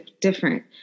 different